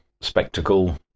spectacle